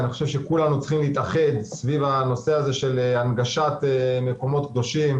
אני חושב שכולנו צריכים להתאחד סביב הנושא הזה של הנגשת מקומות קדושים,